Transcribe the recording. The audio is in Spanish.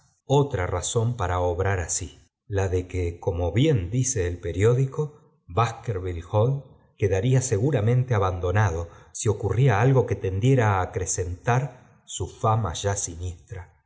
otra razón para obrar así la de que como dice bien íri periódico baskerville hall quedaría seguramen abandonado si ocurría algo que tendiera á acre intar su fama ya siniestra